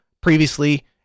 previously